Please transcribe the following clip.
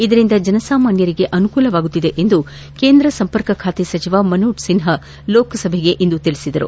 ಇದರಿಂದ ಜನ ಸಾಮಾನ್ವರಿಗೆ ಅನುಕೂಲವಾಗುತ್ತಿದೆ ಎಂದು ಕೇಂದ್ರ ಸಂಪರ್ಕ ಖಾತೆ ಸಚಿವ ಮನೋಜ್ ಸಿನ್ಹಾ ಲೋಕಸಭೆಗೆ ಇಂದು ತಿಳಿಸಿದರು